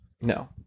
No